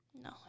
No